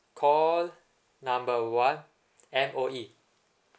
call number one M_O_E